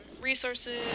resources